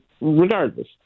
regardless